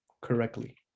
correctly